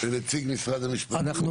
אנחנו הצענו